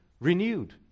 renewed